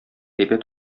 әйбәт